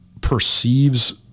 perceives